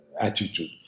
attitude